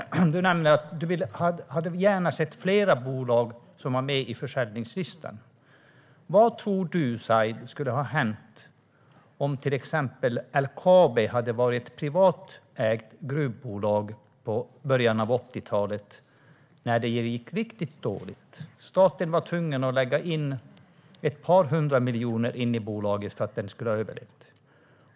Du nämner att du gärna hade sett fler bolag på försäljningslistan. Vad tror du skulle ha hänt om till exempel LKAB hade varit ett privatägt gruvbolag i början av 80-talet, när det gick riktigt dåligt? Då var staten tvungen att lägga in ett par hundra miljoner i bolaget för att det skulle kunna överleva.